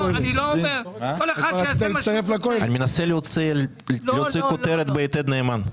אני מנסה להוציא כותרת ב"יתד נאמן".